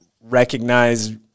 recognize